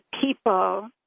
people